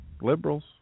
liberals